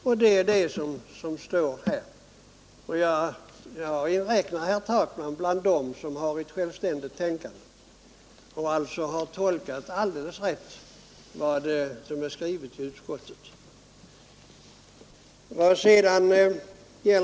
Jag räknar herr Takman till dem som tänker självständigt och alldeles rätt har tolkat vad utskottet har skrivit.